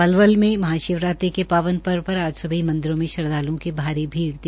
पलवल में महशिव रात्रि के पावन पर्व पर आज सुबह से ही मंदिरों में श्रद्वालुओं की भारी भीड़ दिखाई दी